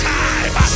time